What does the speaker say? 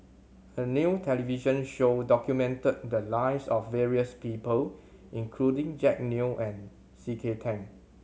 a new television show documented the lives of various people including Jack Neo and C K Tang